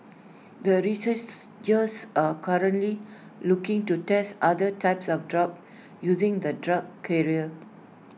the researchs just are currently looking to test other types of drugs using the drug carrier